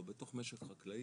או בתוך משק חקלאי,